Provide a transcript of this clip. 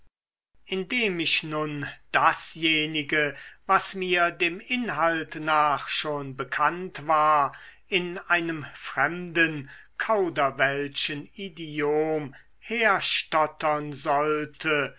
indem ich nun dasjenige was mir dem inhalt nach schon bekannt war in einem fremden kauderwelschen idiom herstottern sollte